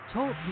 Talk